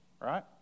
Right